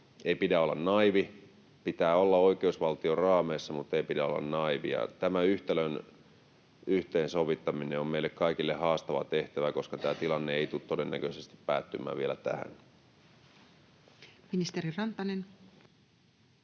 Ei pidä olla naiivi. Pitää olla oikeusvaltion raameissa, mutta ei pidä olla naiivi. Tämän yhtälön yhteensovittaminen on meille kaikille haastava tehtävä, koska tämä tilanne ei todennäköisesti tule päättymään vielä tähän. Ministeri Rantanen.